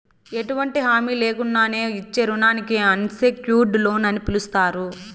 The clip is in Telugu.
ఎటువంటి హామీ లేకున్నానే ఇచ్చే రుణానికి అన్సెక్యూర్డ్ లోన్ అని పిలస్తారు